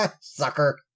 Sucker